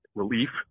relief